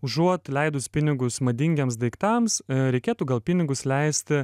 užuot leidus pinigus madingiems daiktams reikėtų gal pinigus leisti